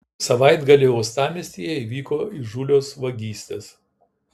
savaitgalį uostamiestyje įvyko įžūlios vagystės